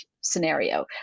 scenario